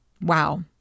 Wow